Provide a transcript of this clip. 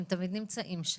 הם תמיד נמצאים שם.